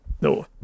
No